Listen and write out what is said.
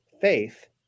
faith